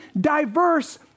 diverse